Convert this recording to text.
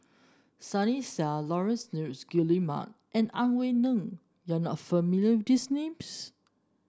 Sunny Sia Laurence Nunns Guillemard and Ang Wei Neng you are not familiar with these names